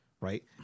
right